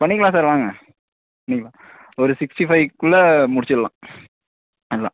பண்ணிக்கலாம் சார் வாங்க நீங்கள் ஒரு சிக்ஸ்ட்டி ஃபைவுக்குள்ள முடிச்சிடலாம் எல்லாம்